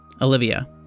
Olivia